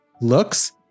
looks